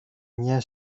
μια